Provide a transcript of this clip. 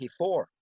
1984